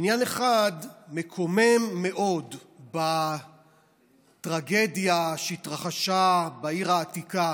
עניין אחד מקומם מאוד בטרגדיה שהתרחשה בעיר העתיקה